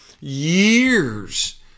years